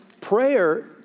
prayer